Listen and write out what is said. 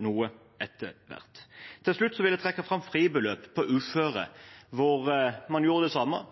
noe etter hvert. Til slutt vil jeg trekke fram fribeløp for uføre. Man gjorde det samme.